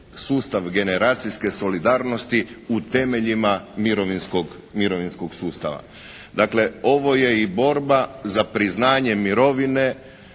sustav generacijske solidarnosti u temeljima mirovinskog sustava. Dakle ovo je i borba za priznanje mirovine